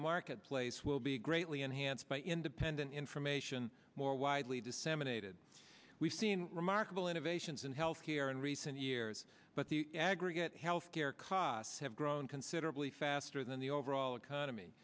marketplace will be greatly enhanced by independent information more widely disseminated we've seen remarkable innovations in health care in recent years but the aggregate healthcare costs have grown considerably faster than the overall economy